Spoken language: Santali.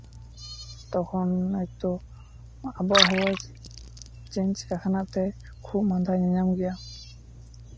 ᱛᱚᱠᱷᱚᱱ ᱦᱚᱭᱛᱳ ᱟᱵᱚ ᱦᱟᱣᱟ ᱪᱮᱧᱡ ᱠᱟᱨᱚᱱᱟᱜ ᱛᱮ ᱠᱷᱩᱜ ᱢᱟᱸᱫᱟ ᱧᱟᱧᱟᱢ ᱜᱮᱭᱟ